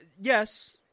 yes